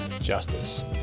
justice